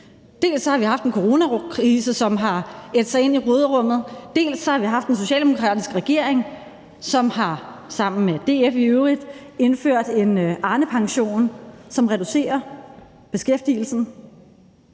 Dels har vi haft en coronakrise, som har ædt sig ind i råderummet, dels har vi haft en socialdemokratisk regering, som – i øvrigt sammen med DF – har indført en Arnepension, som reducerer beskæftigelsen,